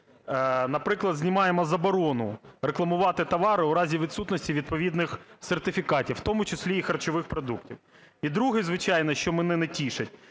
наприклад, знімаємо заборону рекламувати товари у разі відсутності відповідних сертифікатів, в тому числі і харчових продуктів. І друге. Звичайно, що мене не тішить,